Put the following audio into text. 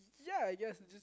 yea I guess